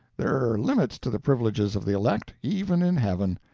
there are limits to the privileges of the elect, even in heaven.